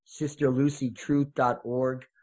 sisterlucytruth.org